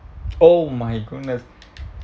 oh my goodness